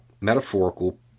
metaphorical